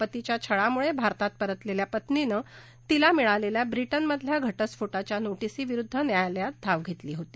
पतीच्या छळामुळे भारतात परतलेल्या पत्नीने तिला मिळालेल्या ब्रिटनमधल्या घटस्फोटाच्या नोटीसीविरुद्ध न्यायालयात धाव घेतली होती